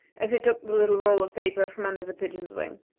as he took the little roll of paper from under the pigeon's wing.